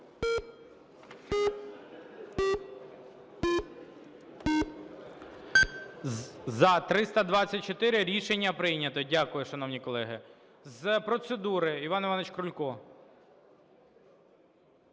За-324 Рішення прийнято. Дякую, шановні колеги. З процедури – Іван Іванович Крулько.